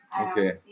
Okay